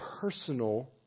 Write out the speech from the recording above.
personal